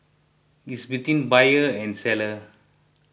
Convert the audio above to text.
is between buyer and seller